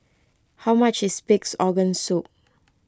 how much is Pig's Organ Soup